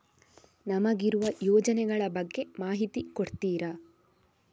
ನಮಗಿರುವ ಯೋಜನೆಗಳ ಬಗ್ಗೆ ಮಾಹಿತಿ ಕೊಡ್ತೀರಾ?